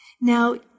Now